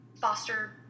foster